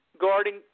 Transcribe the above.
guarding